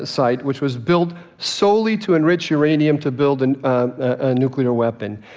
ah site, which was built solely to enrich uranium to build and a nuclear weapon.